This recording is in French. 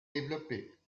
développées